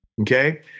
Okay